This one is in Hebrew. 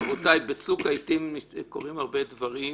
רבותיי, בצוק העיתים קורים הרבה דברים.